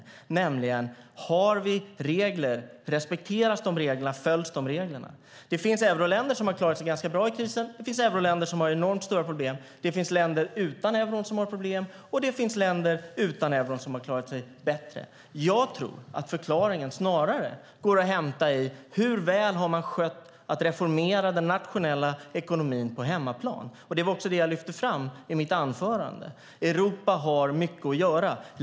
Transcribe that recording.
Det handlar om: Har vi regler? Respekteras de reglerna? Följs de reglerna? Det finns euroländer som har klarat sig ganska bra i krisen. Det finns euroländer som har enormt stora problem. Det finns länder utan euron som har problem, och det finns länder utan euron som har klarat sig bättre. Jag tror att förklaringen snarare går att hämta i hur väl man har klarat att reformera den nationella ekonomin på hemmaplan. Det var också det jag lyfte fram i mitt anförande. Europa har mycket att göra.